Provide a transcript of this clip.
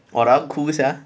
!wah! that one cool sia